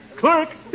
Clerk